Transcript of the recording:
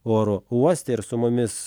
oro uoste ir su mumis